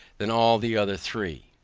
than all the other three.